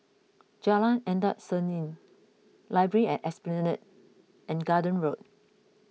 Jalan Endut Senin Library at Esplanade and Garden Road